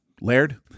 Laird